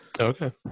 Okay